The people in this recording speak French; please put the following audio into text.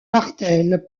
martel